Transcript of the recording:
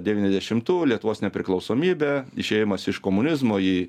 devyniasdešimtų lietuvos nepriklausomybė išėjimas iš komunizmo į